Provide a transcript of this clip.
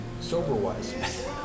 sober-wise